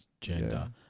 gender